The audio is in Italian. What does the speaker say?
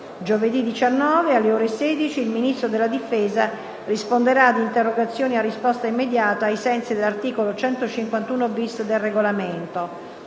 Giovedì 19, alle ore 16, il Ministro della difesa risponderà ad interrogazioni a risposta immediata ai sensi dell'articolo 151-*bis* del Regolamento.